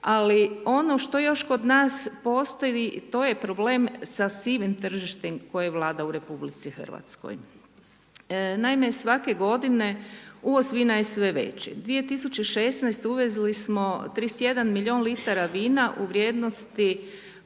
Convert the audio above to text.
ali ono što još kod nas postoji to je problem sa sivim tržištem koji vlada u RH. Naime svake godine .../Govornik se ne razumije./... je sve veće. 2016. uvezli smo 31 milijun litara vina u vrijednosti